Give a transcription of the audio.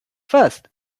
first